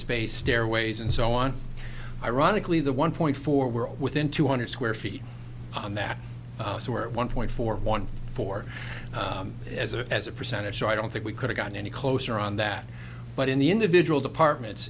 space stairways and so on ironically the one point four were all within two hundred square feet on that were one point four one four as a as a percentage so i don't think we could've gotten any closer on that but in the individual departments